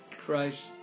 Christ